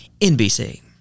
NBC